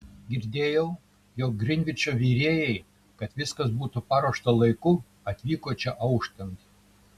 girdėjau jog grinvičo virėjai kad viskas būtų paruošta laiku atvyko čia auštant